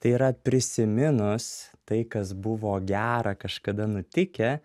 tai yra prisiminus tai kas buvo gera kažkada nutikę